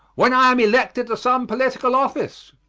when i am elected to some political office.